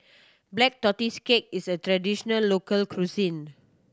Black Tortoise Cake is a traditional local cuisine